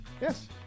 Yes